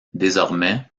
désormais